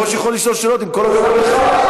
יושב-ראש יכול לשאול שאלות, עם כל הכבוד לך.